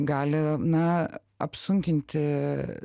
gali na apsunkinti